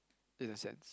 in a sense